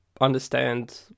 understand